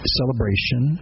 celebration